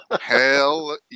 Hell